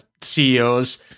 CEOs